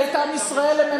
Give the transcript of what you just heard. אבל הייתי שותפה בממשלה,